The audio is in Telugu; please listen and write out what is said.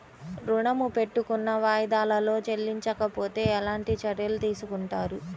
ఋణము పెట్టుకున్న వాయిదాలలో చెల్లించకపోతే ఎలాంటి చర్యలు తీసుకుంటారు?